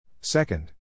Second